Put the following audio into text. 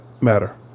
matter